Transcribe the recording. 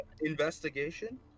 investigation